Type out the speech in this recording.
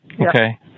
Okay